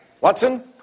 Watson